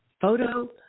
photo